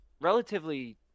relatively